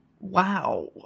wow